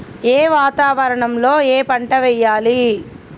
ఏ వాతావరణం లో ఏ పంట వెయ్యాలి?